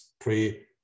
pre-